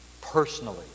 personally